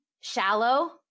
shallow